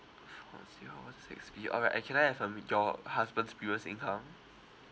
four zero one six B all right and can I have um your husband's previous income